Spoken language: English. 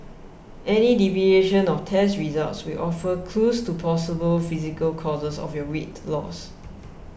any deviation of test results will offer clues to possible physical causes of your weight loss